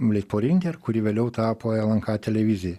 litpoliinter kuri vėliau tapo lnk televizija